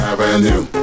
Avenue